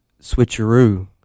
switcheroo